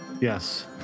Yes